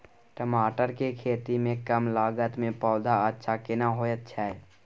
टमाटर के खेती में कम लागत में पौधा अच्छा केना होयत छै?